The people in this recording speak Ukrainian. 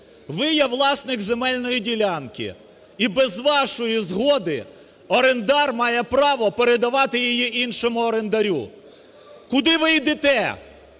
Ви є власник земельної ділянки. І без вашої згоди орендар має право передавати її іншому орендарю! Куди ви йдете?